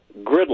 Gridlock